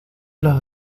los